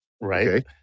Right